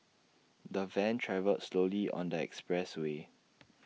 the van travelled slowly on the expressway